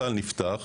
הסל נפתח.